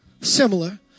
similar